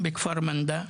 בכפר מנדא.